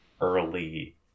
early